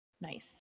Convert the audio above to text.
Nice